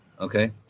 Okay